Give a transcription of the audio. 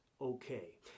Okay